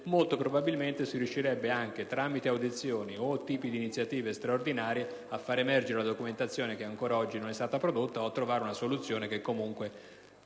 molto probabilmente si riuscirà, anche tramite audizioni o iniziative straordinarie, a far emergere la documentazione che ancora oggi non è stata prodotta o a trovare una soluzione che, comunque,